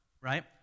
right